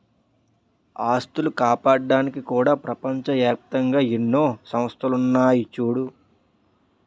ఆస్తులు కాపాడ్డానికి కూడా ప్రపంచ ఏప్తంగా ఎన్నో సంస్థలున్నాయి చూడూ